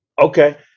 Okay